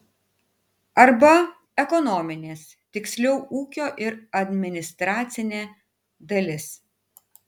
arba ekonominės tiksliau ūkio ir administracinė dalis